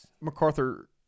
MacArthur